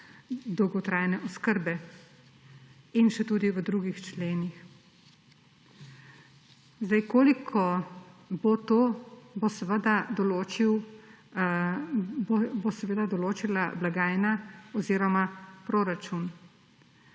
dolgotrajne oskrbe, in še tudi v drugih členih. Koliko bo to, bo seveda določila blagajna oziroma proračun.